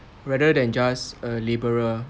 rather than just a labourer